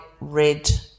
red